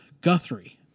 Guthrie